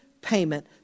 payment